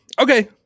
Okay